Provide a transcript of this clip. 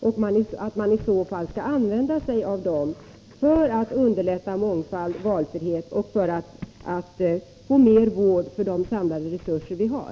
Om det visar sig att dessa är det, skall man i så fall använda sig av dem för att underlätta mångfald, valfrihet och för att få mer vård för de samlade resurser vi har.